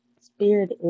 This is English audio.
spirit